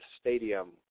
Stadium